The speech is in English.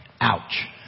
Ouch